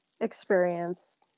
experience